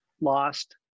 lost